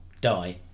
die